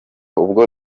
ubwo